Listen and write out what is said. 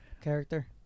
character